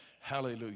Hallelujah